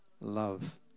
Love